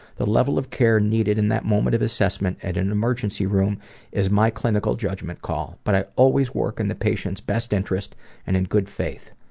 the level of care needed in that moment of assessment at an emergency room is my clinical judgment call, but i always work in the patient's best interest and in good faith.